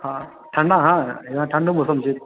हँ ठण्डा हँ इहाँ ठण्डो मौसम छै